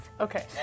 Okay